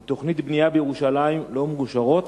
כי תוכניות בנייה בירושלים לא מאושרות